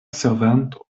servanto